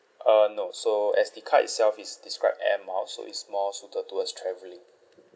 uh no so as the card itself is described air miles so it's more suited towards travelling